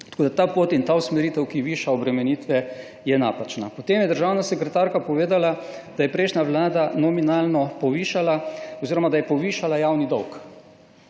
Tako da ta pot in ta usmeritev, ki viša obremenitve je napačna. Potem je državna sekretarka povedala, da je prejšnja Vlada nominalno povišala oziroma da je povišala javni dolg.